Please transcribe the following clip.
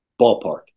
ballpark